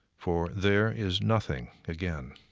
for there is nothing again.